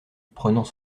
prenant